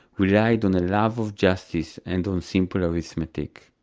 relied on a love of justice and on simple arithmetic.